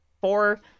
four